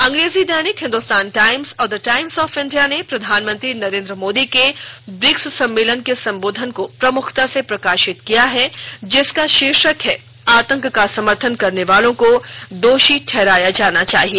अंग्रेजी दैनिक हिंदुस्तान टाइम्स और द टाइम्स ऑफ इंडिया ने प्रधानमंत्री नरेंद्र मोदी के ब्रिक्स सम्मेलन के संबोधन को प्रमुखता से प्रकाशित किया है जिसका शीर्षक है आतंक का समर्थन करनेवालों को दोषी ठहराया जाना चाहिए